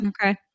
Okay